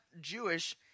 Jewish